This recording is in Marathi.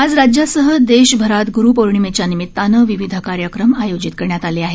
आज राज्यासह देशभरात ग्रूपौर्णिमेच्यानिमितानं विविध कार्यक्रम आयोजित करण्यात आले आहेत